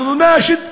להלן תרגומם